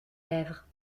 lèvres